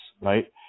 right